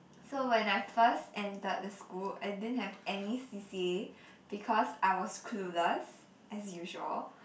so when I first entered the school I didn't have any c_c_a because I was clueless as usual